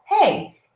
Hey